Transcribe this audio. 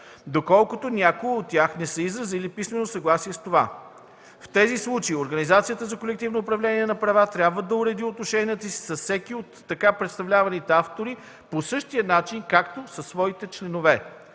доколкото някои от тях не са изразили писмено несъгласие с това. В тези случаи организацията за колективно управление на права трябва да уреди отношенията си с всеки от така представляваните автори по същия начин, както със своите членове.“